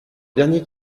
dernier